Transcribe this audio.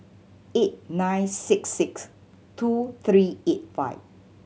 eight nine six six two three eight five